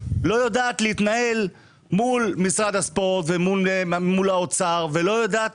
לא יודעת להתנהל מול משרד הספורט ומול האוצר ולא יודעת